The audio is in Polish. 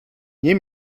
nie